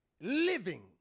living